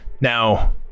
Now